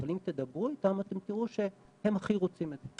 אבל אם תדברו איתם אתם תראו שהם הכי רוצים את זה.